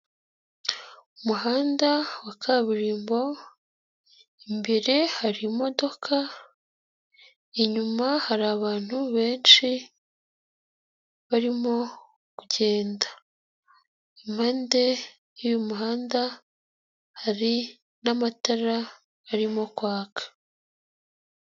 Umuhanda wa kaburimbo, imbere hari imodoka, inyuma hari abantu benshi barimo kugenda, impande y'uyu muhanda hari n'amatara arimo kwaka.